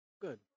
good